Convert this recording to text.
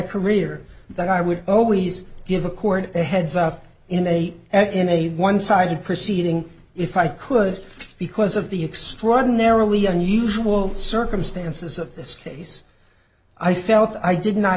career that i would always give a court a heads up in a in a one sided proceeding if i could because of the extraordinarily unusual circus stances of this case i felt i did not